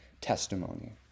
testimony